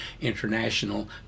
International